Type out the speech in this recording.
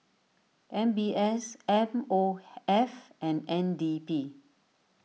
M B S M O F and N D P